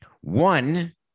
one